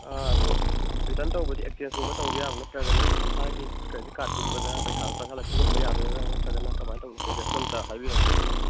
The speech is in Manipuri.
ꯑꯥ ꯑꯗꯨ ꯔꯤꯇꯔꯟ ꯇꯧꯕꯗꯤ ꯑꯦꯛꯆꯦꯟꯖ ꯀꯨꯝꯕ ꯇꯧꯕ ꯌꯥꯕ꯭ꯔꯥ ꯅꯠꯇ꯭ꯔꯒꯅ ꯍꯥꯏꯗꯤ ꯏꯁꯥꯒꯤ ꯀ꯭ꯔꯤꯗꯤꯠ ꯀꯥꯔ꯭ꯗ ꯀꯨꯝꯕꯗ ꯄꯩꯁꯥꯗꯣ ꯆꯪꯍꯜꯂꯛꯄꯒꯨꯝꯕ ꯌꯥꯗꯣꯏꯔꯥ ꯌꯥꯗꯣꯏꯔꯥ ꯅꯠꯇ꯭ꯔꯒꯅ ꯀꯃꯥꯏ ꯇꯧꯕꯅꯣ ꯄ꯭ꯔꯣꯁꯦꯁꯇꯣ ꯑꯝꯇꯥ ꯍꯥꯏꯕꯤꯔꯛꯎꯅꯦ ꯑꯗꯨꯝꯕꯗꯣ